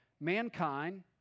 mankind